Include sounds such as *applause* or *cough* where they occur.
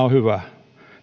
*unintelligible* on hyvä ja